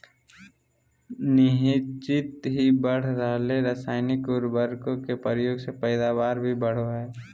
निह्चित ही बढ़ रहल रासायनिक उर्वरक के प्रयोग से पैदावार भी बढ़ो हइ